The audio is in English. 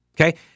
Okay